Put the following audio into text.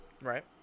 Right